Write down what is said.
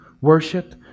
Worship